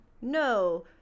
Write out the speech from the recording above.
No